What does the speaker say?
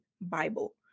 Bible